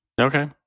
Okay